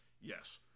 Yes